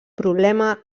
problema